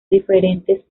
diferentes